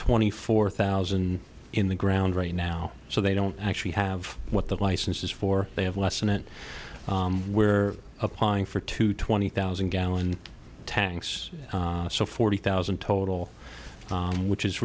twenty four thousand in the ground right now so they don't actually have what that license is for they have less in it where applying for to twenty thousand gallon tanks so forty thousand total which is